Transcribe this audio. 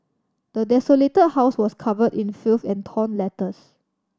the desolated house was covered in filth and torn letters